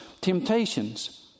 temptations